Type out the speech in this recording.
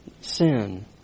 sin